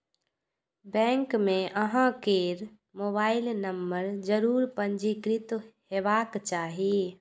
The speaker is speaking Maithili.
बैंक मे अहां केर मोबाइल नंबर जरूर पंजीकृत हेबाक चाही